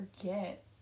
forget